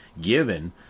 Given